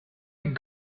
you